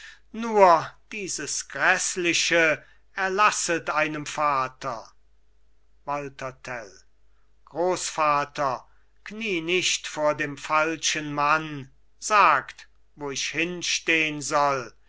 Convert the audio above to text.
nur dieses grässliche erlasset einem vater walther tell grossvater knie nicht vor dem falschen mann sagt wo ich hinstehn soll